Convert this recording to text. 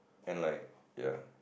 and like ya